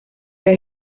der